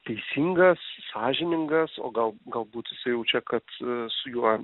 teisingas sąžiningas o gal galbūt jis jaučia kad su juo